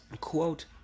quote